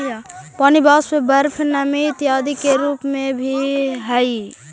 पानी वाष्प, बर्फ नमी इत्यादि के रूप में भी हई